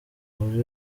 buri